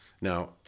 Now